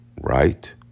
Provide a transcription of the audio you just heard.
right